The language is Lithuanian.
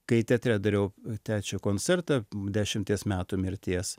kai teatre dariau trečią koncertą dešimties metų mirties